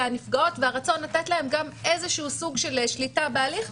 הנפגעות והרצון לתת להן גם איזשהו סוג של שליטה בהליך,